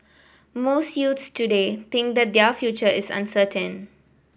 most youths today think that their future is uncertain